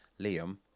Liam